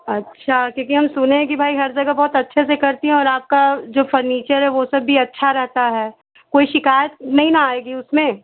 अच्छा क्योंकि हम सुने हैं कि भाई हर जगह बहुत अच्छे से करती हैं और आपका जो फ़र्नीचर है वह सब भी अच्छा रहता है कोई शिकायत नहीं ना आएगी उसमें